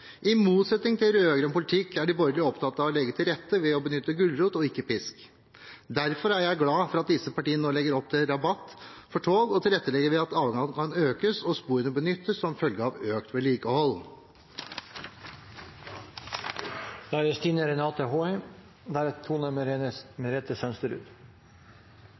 I motsetning til rød-grønn politikk er de borgerlige opptatt av å legge til rette ved å benytte gulrot og ikke pisk. Derfor er jeg glad for at disse partiene nå legger opp til rabatt på tog og tilrettelegger for at avgangene kan økes og sporene benyttes som følge av økt vedlikehold. Toget er